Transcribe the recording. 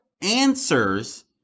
answers